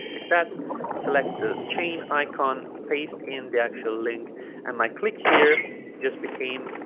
like that select the chain icon paste in the actual link and my click here just became